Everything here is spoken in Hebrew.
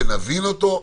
שנבין אותו.